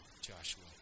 Joshua